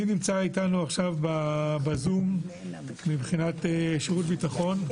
מי נמצא איתנו בזום מבחינת שירות הביטחון?